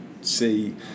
See